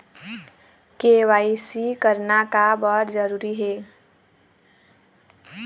KYC करना का बर जरूरी हे?